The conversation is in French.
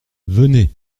venez